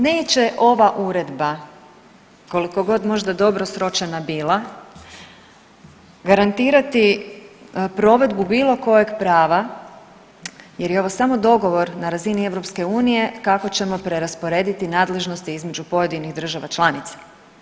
Neće ova uredba kolikogod možda dobro sročena bila garantirati provedbu bilo kojeg prava jer je ovo samo dogovor na razini EU kako ćemo prerasporediti nadležnosti između pojedinih država članica.